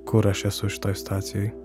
kur aš esu šitoj situacijoj